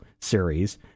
series